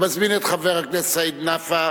אני מזמין את חבר הכנסת סעיד נפאע